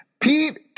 Pete